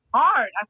hard